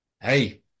hey